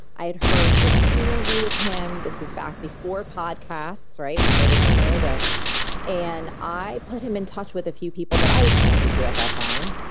i had heard this interview with him. this was back before podcasts, before they became really big and i put him in touch with a few people that i was connected to at that time.